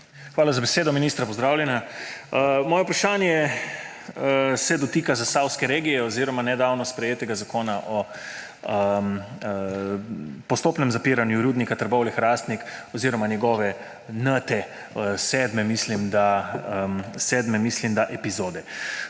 Hvala za besedo. Ministra, pozdravljena! Moje vprašanje se dotika zasavske regije oziroma nedavno sprejetega Zakona o postopnem zapiranju Rudnika Trbovlje-Hrastnik oziroma njegove n-te, sedme, mislim da, epizode.